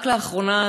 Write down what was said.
רק לאחרונה,